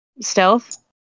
Stealth